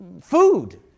food